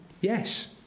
yes